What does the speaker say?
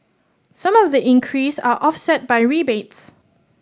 some of the increase are off set by rebates